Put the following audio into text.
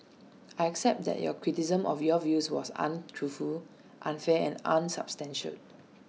I accept that your criticism of your views was untruthful unfair and unsubstantiated